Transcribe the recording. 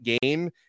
game